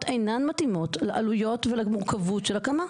אינן מתאימות לעלויות ולמורכבות של ההקמה.